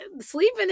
sleeping